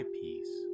peace